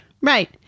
Right